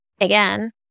again